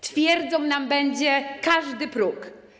Twierdzą nam będzie każdy próg!